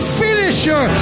finisher